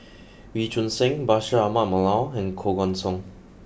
Wee Choon Seng Bashir Ahmad Mallal and Koh Guan Song